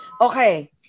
Okay